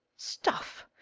stuff!